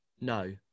No